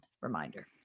reminder